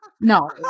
No